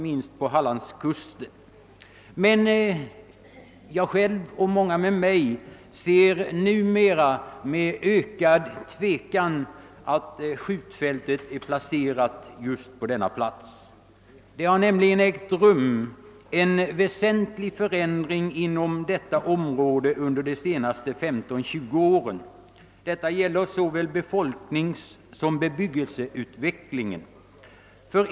Men jag själv och många med mig ser numera med ökad tvekan på att skjutfältet är placerat just på denna plats. Det har nämligen ägt rum en väsentlig förändring inom detta område under de senaste femton, tjugu åren. Detta gäller såväl befolkningssom bebyggelseutvecklingen.